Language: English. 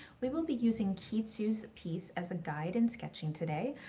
we will be using kiitsu's piece as a guide in sketching today,